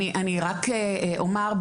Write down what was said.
אני רק אומר,